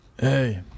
hey